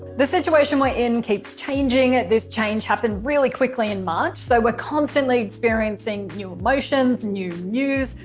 the situation we're in keeps changing and this change happened really quickly in march so we're constantly experiencing new emotions, new news,